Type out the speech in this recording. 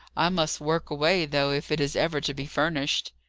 i must work away, though, if it is ever to be furnished.